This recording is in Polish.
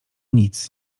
nic